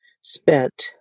spent